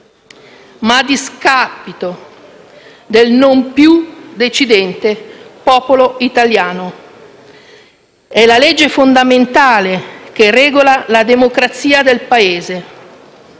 e a discapito del non più decidente popolo italiano. Essa è la legge fondamentale, che regola la democrazia del Paese.